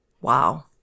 Wow